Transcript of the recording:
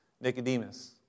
Nicodemus